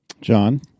John